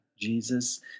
Jesus